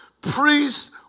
Priests